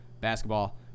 basketball